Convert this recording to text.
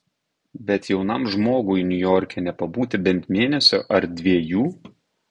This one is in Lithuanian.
bet jaunam žmogui niujorke nepabūti bent mėnesio ar dviejų